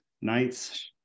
nights